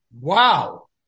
Wow